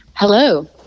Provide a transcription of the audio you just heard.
Hello